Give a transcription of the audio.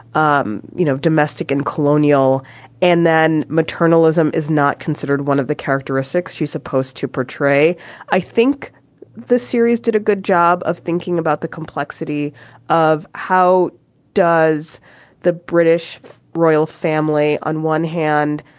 um you know, domestic and colonial and then maternal ism is not considered one of the characteristics she's supposed to portray i think the series did a good job of thinking about the complexity of how does the british royal family. on one hand,